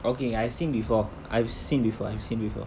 okay I've seen before I've seen before I've seen before